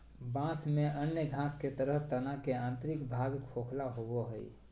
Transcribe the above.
बाँस में अन्य घास के तरह तना के आंतरिक भाग खोखला होबो हइ